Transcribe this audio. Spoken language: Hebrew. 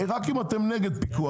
רק אם אתם נגד פיקוח,